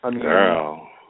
Girl